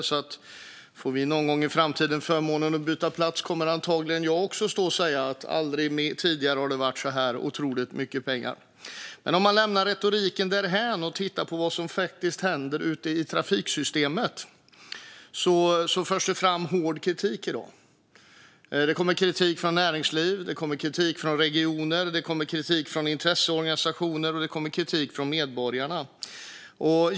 Om jag och Tomas Eneroth någon gång i framtiden får förmånen att byta plats kommer antagligen också jag stå och säga att det aldrig tidigare har varit så här otroligt mycket pengar. Låt oss lämna retoriken därhän och titta på vad som faktiskt händer ute i trafiksystemet. Det förs fram hård kritik. Det kommer kritik från näringslivet, från regioner, från intresseorganisationer och från medborgarna.